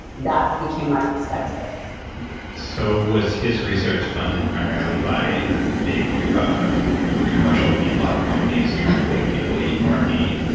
that became my perspective so, was his research funded primarily by the big ah commercial feedlot company that's trying to make people eat more meat?